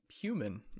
human